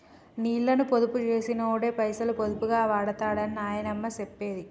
నీళ్ళని పొదుపు చేసినోడే పైసలు పొదుపుగా వాడుతడని నాయనమ్మ చెప్పేది